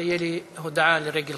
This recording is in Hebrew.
התוצאה לא תשתנה בעקבות